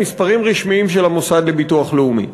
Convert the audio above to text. מספרים רשמיים של המוסד לביטוח לאומי.